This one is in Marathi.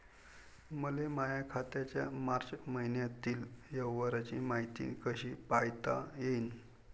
मले माया खात्याच्या मार्च मईन्यातील व्यवहाराची मायती कशी पायता येईन?